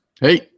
hey